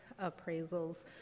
appraisals